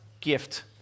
gift